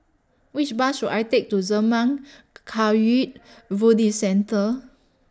Which Bus should I Take to Zurmang Kagyud Buddhist Centre